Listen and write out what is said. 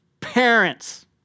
Parents